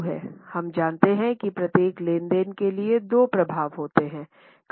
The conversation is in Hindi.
हम जानते हैं कि प्रत्येक लेनदेन के लिए दो प्रभाव होते हैं